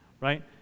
right